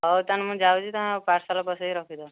ହଉ ତା'ହେଲେ ମୁଁ ଯାଉଛି ତୁମେ ପାର୍ସଲ୍ ବସାଇ ରଖିଦିଅ